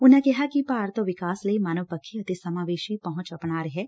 ਉਨਾਂ ਕਿਹਾ ਕਿ ਭਾਰਤ ਵਿਕਾਸ ਲਈ ਮਾਨਵ ਪੱਖੀ ਅਤੇ ਸਮਾਵੇਸ਼ੀ ਪਹੰਚ ਅਪਣਾ ਰਿਹੈ